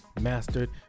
mastered